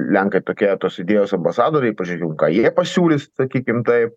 lenkai tokie tos idėjos ambasadoriai pažiūrėkim ką jie pasiūlys sakykim taip